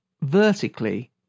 vertically